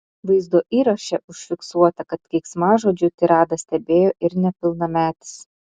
vaizdo įraše užfiksuota kad keiksmažodžių tiradą stebėjo ir nepilnametis